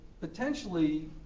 potentially